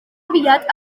aviat